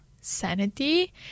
sanity